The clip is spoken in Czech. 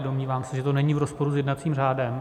Domnívám se, že to není v rozporu s jednacím řádem.